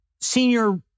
senior